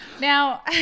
now